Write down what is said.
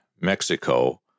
Mexico